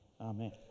Amen